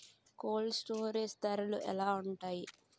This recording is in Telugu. కోల్డ్ స్టోరేజ్ ధరలు ఎలా ఉంటాయి?